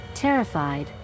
Terrified